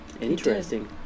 Interesting